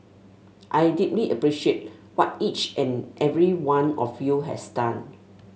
I deeply appreciate what each and every one of you has done